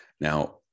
Now